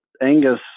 Angus